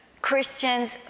Christians